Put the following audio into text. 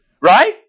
Right